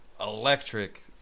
electric